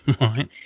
Right